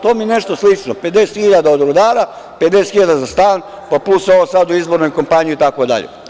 To mi nešto slično, 50.000 od rudara, 50.000 za stan, pa plus ovo sad u izbornoj kampanji, itd.